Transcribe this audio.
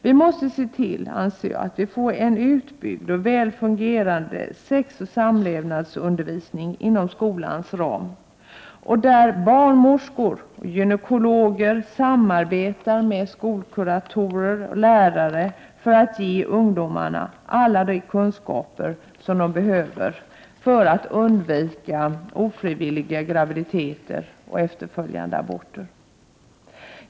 Vi måste se till att få en utbyggd och väl fungerande sexoch samlevnadsundervisning inom skolans ram, där barnmorskor och gynekologer samarbetar med skolkuratorer och lärare för att ge ungdomarna alla de kunskaper som de behöver för att undvika ofrivilliga graviditeter och efterföljande aborter.